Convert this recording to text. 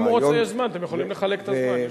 אם הוא רוצה, אתם יכולים לחלק את הזמן.